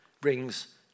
brings